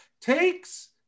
takes